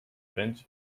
bench